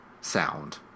sound